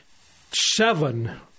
seven